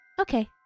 Okay